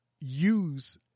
use